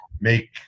make